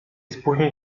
spóźni